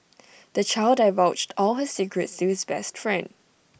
the child divulged all his secrets to his best friend